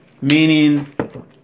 meaning